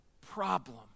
problem